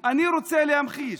להמחיש, אני רוצה להמחיש.